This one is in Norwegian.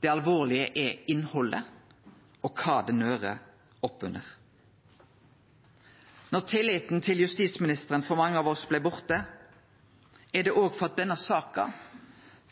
Det alvorlege er innhaldet og kva det nører opp under. Når tilliten til justisministeren for mange av oss blei borte, er det òg fordi denne saka